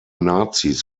nazis